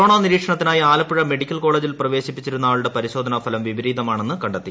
corona നിരീക്ഷണത്തിനായി Alappuzha medical കോളേജിൽ പ്രവേശിപ്പിച്ചിരുന്ന ആളുടെ പരിശോധനാഫലം വിപരീതമാണെന്ന് കണ്ടെത്തി